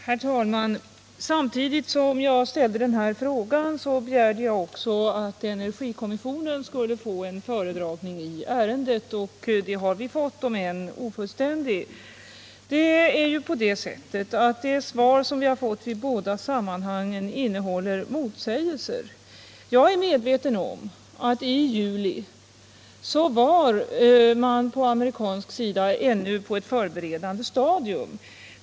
Herr talman! Samtidigt som jag ställde denna-fråga begärde jag att energikommissionen skulle få en föredragning i ärendet. Den har vi fått - om än en ofullständig sådan. Det svar som vi har fått i båda sammanhangen innehåller motsägelser. Jag är medveten om att i juli var man på amerikansk sida ännu på ett förberedande stadium.